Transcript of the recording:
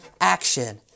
action